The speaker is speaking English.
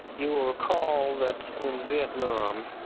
you will recall that in vietnam,